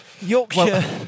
Yorkshire